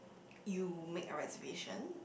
you make a reservation